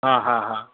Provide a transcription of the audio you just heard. હા હા હા